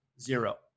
zero